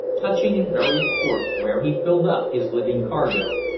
touching at various ports where he filled up his living cargo,